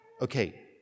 okay